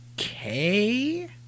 okay